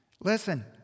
Listen